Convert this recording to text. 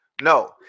No